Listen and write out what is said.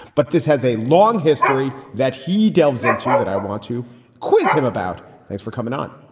but this has a long history that he delves into that i want to quiz him about thanks for coming on.